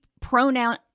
pronoun